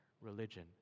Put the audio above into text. religion